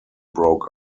broke